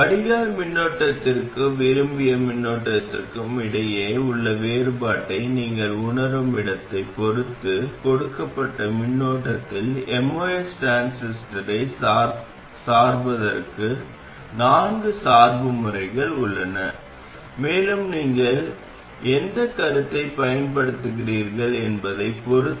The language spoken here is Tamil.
வடிகால் மின்னோட்டத்திற்கும் விரும்பிய மின்னோட்டத்திற்கும் இடையே உள்ள வேறுபாட்டை நீங்கள் உணரும் இடத்தைப் பொறுத்து கொடுக்கப்பட்ட மின்னோட்டத்தில் MOS டிரான்சிஸ்டரைச் சார்பதற்கு நான்கு சார்பு முறைகள் உள்ளன மேலும் நீங்கள் எந்த கருத்தைப் பயன்படுத்துகிறீர்கள் என்பதைப் பொறுத்து